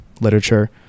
literature